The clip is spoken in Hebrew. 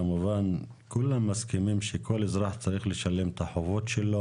כמובן שכולם מסכימים שכל אזרח צריך לשלם את החובות שלו.